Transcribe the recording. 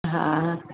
हा